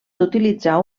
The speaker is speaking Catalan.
d’utilitzar